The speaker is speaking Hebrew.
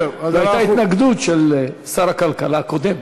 והייתה התנגדות של שר הכלכלה הקודם.